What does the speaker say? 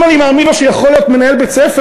אם אני מאמין לו שהוא יכול להיות מנהל בית-ספר,